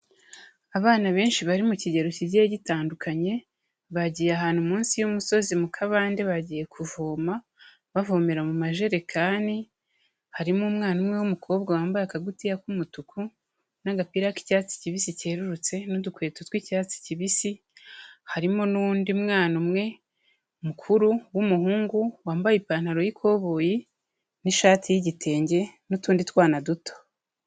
Abana benshi bari mu kigero kigiye gitandukanye bagiye ahantu munsi y'umusozi mu kabande, bagiye kuvoma, bavomera mu majerekani, harimo umwana umwe w'umukobwa wambaye akagutiya k'umutuku n'agapira k'icyatsi kibisi cyerurutse n'udukweto tw'icyatsi kibisi, harimo n'undi mwana umwe mukuru w'umuhungu wambaye ipantaro y'ikoboyi n'ishati y'igitenge n'utundi twana duto.